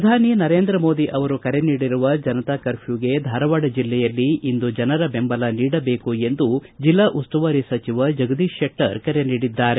ಪ್ರಧಾನಿ ನರೇಂದ್ರ ಮೋದಿ ಅವರು ಕರೆ ನೀಡಿರುವ ಜನತಾ ಕರ್ಪ್ಯೂಗೆ ಧಾರವಾಡ ಜಿಲ್ಲೆಯಲ್ಲಿ ಇಂದು ಜನರು ಬೆಂಬಲ ನೀಡಬೇಕು ಎಂದು ಜಿಲ್ಲಾ ಉಸ್ತುವಾರಿ ಸಚಿವ ಜಗದೀಶ ಶೆಟ್ಟರ್ ಕರೆ ನೀಡಿದ್ದಾರೆ